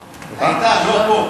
היתה, לא פה.